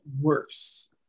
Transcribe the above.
worse